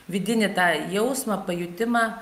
vidinį tą jausmą pajutimą